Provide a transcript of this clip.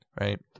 right